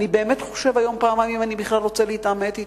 אני באמת חושב היום פעמיים אם אני בכלל רוצה להתעמת אתו,